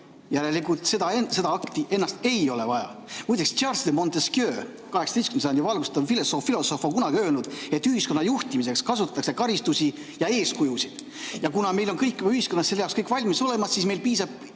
seda akti ennast ei ole vaja. Muide, Charles de Montesquieu, 18. sajandi valgustatud filosoof, on kunagi öelnud, et ühiskonna juhtimiseks kasutatakse karistusi ja eeskujusid. Kuna meil on kõik juba ühiskonnas selle jaoks valmis ja olemas, siis meil piisab